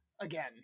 again